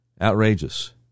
Outrageous